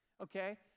okay